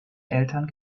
eltern